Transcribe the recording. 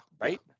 right